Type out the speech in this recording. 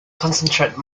concentrate